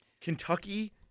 Kentucky